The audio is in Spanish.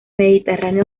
mediterráneo